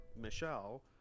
Michelle